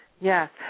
Yes